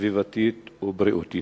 סביבתית ובריאותית?